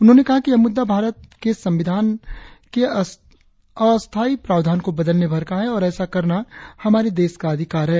उन्होंने कहा कि यह मुद्दा भारत के संविधान में के अस्थाई प्रावधान को बदलने भर का है और ऐसा करना हमारे देश का अधिकार है